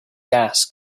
gas